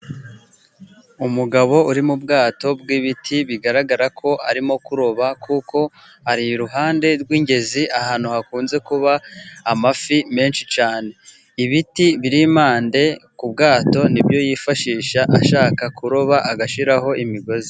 Umugabo uri mu bwato bw'ibiti bigaragara ko arimo kuroba, kuko ari iruhande rw'ingezi, ahantu hakunze kuba amafi menshi cyane. Ibiti biri impande ku bwato, ni byo yifashisha ashaka kuroba agashyiraho imigozi.